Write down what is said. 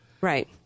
right